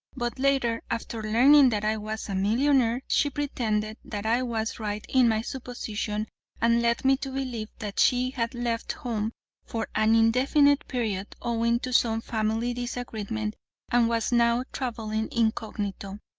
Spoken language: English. but later, after learning that i was a millionaire, she pretended that i was right in my supposition and led me to believe that she had left home for an indefinite period owing to some family disagreement and was now traveling incognito.